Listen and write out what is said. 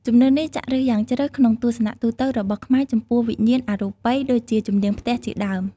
ជំនឿនេះចាក់ឬសយ៉ាងជ្រៅក្នុងទស្សនៈទូទៅរបស់ខ្មែរចំពោះវិញ្ញាណអរូបីដូចជាជំនាងផ្ទះជាដើម។